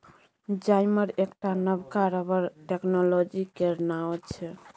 जाइमर एकटा नबका रबर टेक्नोलॉजी केर नाओ छै